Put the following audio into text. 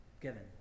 given